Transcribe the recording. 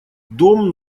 дом